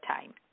time